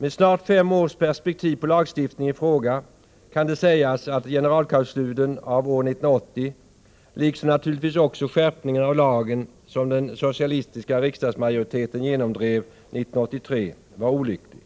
Med snart fem års perspektiv på lagstiftningen i fråga kan det sägas att generalklausulen av år 1980, liksom naturligtvis också den skärpning av lagen som den socialistiska riksdagsmajoriteten genomdrev 1983, var olycklig.